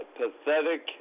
pathetic